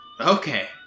Okay